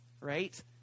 right